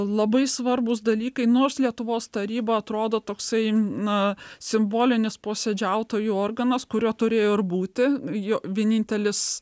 labai svarbūs dalykai nors lietuvos taryba atrodo toksai na simbolinis posėdžiautojų organas kurio turėjo ir būti jo vienintelis